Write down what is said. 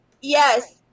Yes